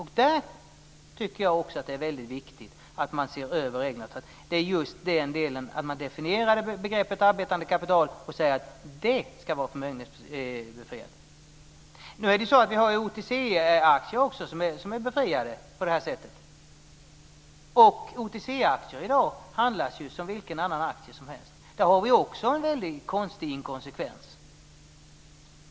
Därför tycker jag också att det är väldigt viktigt att man ser över reglerna, att man just definierar det arbetande kapitalet och säger att det ska vara befriat från förmögenhetsskatt. Nu är det ju så att också OTC-aktier är befriade på det här sättet, och OTC-aktier handlas det ju med i dag som vilka andra aktier som helst. Det är en väldigt konstig inkonsekvens.